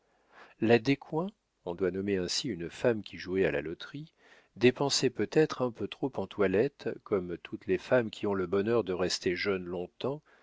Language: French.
la descoings on doit nommer ainsi une femme qui jouait à la loterie dépensait peut-être un peu trop en toilette comme toutes les femmes qui ont le bonheur de rester jeunes long-temps